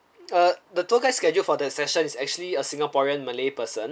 err the tour guide scheduled for the session is actually a singaporean malay person